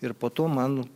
ir po to man